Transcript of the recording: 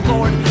Lord